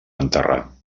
enterrar